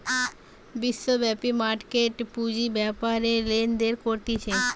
বিশ্বব্যাপী মার্কেট পুঁজি বেপারে লেনদেন করতিছে